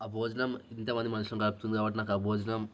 ఆ భోజనం ఇంతమంది మనుషులని కలుపుతుంది కాబట్టి నాకు ఆ భోజనం